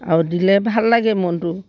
আৰু দিলে ভাল লাগে মনটো